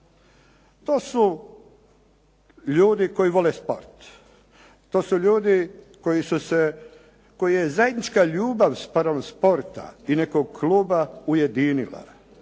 To su ljudi koji vole sport, to su ljudi kojima je zajednička ljubav spram sporta i nekog kluba ujedinila.